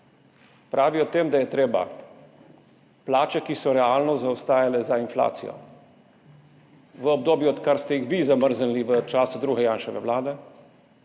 Pravi o tem, da je treba plače, ki so realno zaostajale za inflacijo, v obdobju, odkar ste jih vi zamrznili v času druge Janševe vlade,